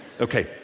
Okay